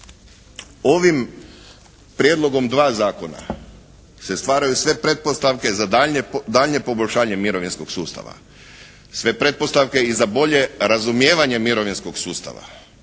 ovim Prijedlogom 2 zakona se stvaraju sve pretpostavke za daljnje poboljšanje mirovinskog sustava. Sve pretpostavke i za bolje razumijevanje mirovinskog sustava.